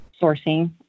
sourcing